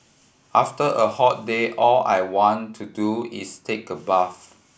after a hot day all I want to do is take a bath